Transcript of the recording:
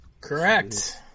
Correct